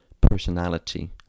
personality